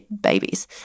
babies